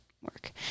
work